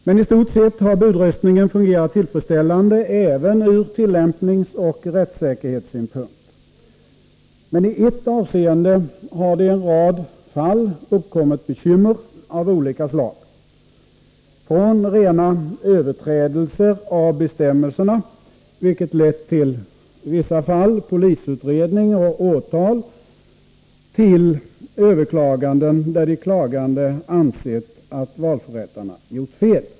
I stort sett har budröstningen fungerat tillfredsställande även ur tillämpningsoch rättssäkerhetssynpunkt. Meni ett avseende har det i en rad fall uppkommit bekymmer av olika slag —- från rena överträdelser av bestämmelserna, vilket i vissa fall lett till polisutredning och åtal, till överklaganden där de klagande ansett att valförrättarna gjort fel.